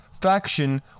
faction